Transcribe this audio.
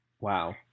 Wow